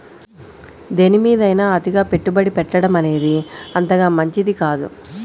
దేనిమీదైనా అతిగా పెట్టుబడి పెట్టడమనేది అంతగా మంచిది కాదు